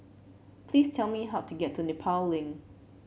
please tell me how to get to Nepal Link